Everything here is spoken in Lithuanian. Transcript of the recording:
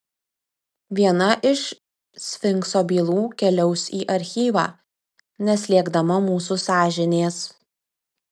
viena iš sfinkso bylų keliaus į archyvą neslėgdama mūsų sąžinės